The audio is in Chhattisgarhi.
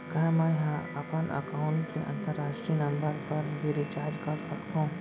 का मै ह अपन एकाउंट ले अंतरराष्ट्रीय नंबर पर भी रिचार्ज कर सकथो